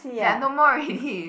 there are no more already